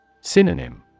Synonym